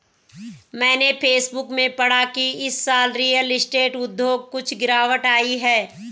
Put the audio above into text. मैंने फेसबुक में पढ़ा की इस साल रियल स्टेट उद्योग कुछ गिरावट आई है